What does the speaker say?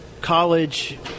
college